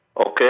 Okay